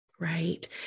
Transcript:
Right